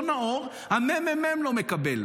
לא נאור, הממ"מ לא מקבל.